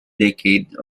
decade